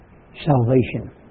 salvation